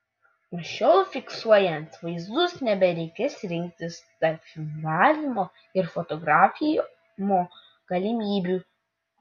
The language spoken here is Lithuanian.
nuo šiol fiksuojant vaizdus nebereikės rinktis tarp filmavimo ir fotografavimo galimybių